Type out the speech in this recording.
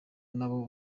nabo